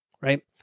right